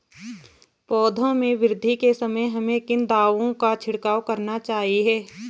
पौधों में वृद्धि के समय हमें किन दावों का छिड़काव करना चाहिए?